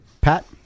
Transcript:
Pat